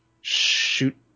shoot